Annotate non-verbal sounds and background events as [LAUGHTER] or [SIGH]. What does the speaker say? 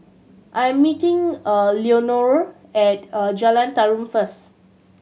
I'm meeting [HESITATION] Leonore at [HESITATION] Jalan Tarum first